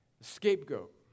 Scapegoat